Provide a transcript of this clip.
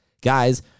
Guys